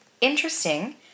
interesting